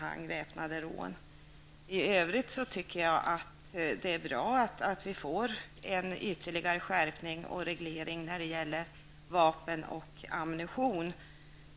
Jag tycker i övrigt att det är bra att vi får en ytterligare skärpning av reglerna när det gäller vapen och ammunition.